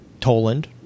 Toland